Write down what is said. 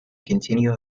continue